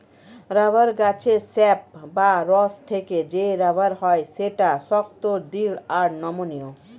rubber গাছের sap বা রস থেকে যে রাবার হয় সেটা শক্ত, দৃঢ় আর নমনীয়